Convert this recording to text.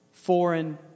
foreign